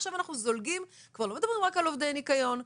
עכשיו אנחנו זולגים - כבר לא מדברים רק על עובדי ניקיון,